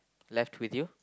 left with you